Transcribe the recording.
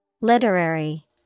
Literary